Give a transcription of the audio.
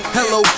Hello